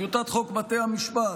טיוטת חוק בתי המשפט,